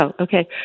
Okay